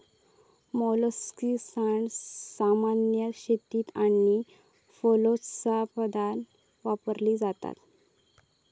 मोलस्किसाड्स सामान्यतः शेतीक आणि फलोत्पादन वापरली जातत